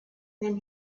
then